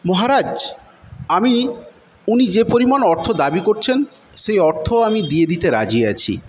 মহারাজ আমি উনি যে পরিমাণ অর্থ দাবি করছেন সেই অর্থ আমি দিয়ে দিতে রাজি আছি